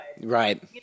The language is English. right